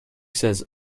says